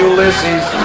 Ulysses